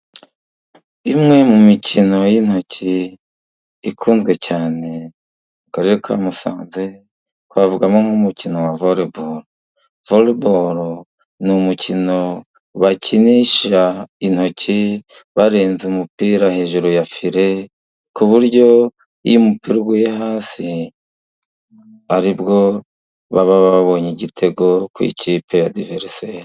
Imwe mu mikino y'intoki ikunzwe cyane mu Karere ka Musanze twavugamo nk'umukino wa voreboro , voreboro ni umukino bakinisha intoki barenze umupira hejuru ya fire ku buryo umupira uguye hasi aribwo baba babonye igitego ku ikipe ya diverisere.